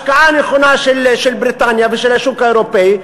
השקעה נכונה של בריטניה ושל השוק האירופי,